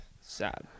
Sad